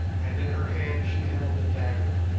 and in her hand she held a dagger.